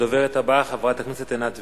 הדוברת הבאה, חברת הכנסת עינת וילף,